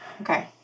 Okay